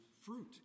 fruit